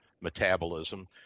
metabolism